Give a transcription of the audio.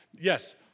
Yes